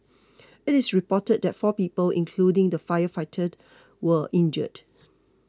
it is reported that four people including the firefighter were injured